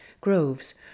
Groves